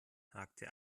hakte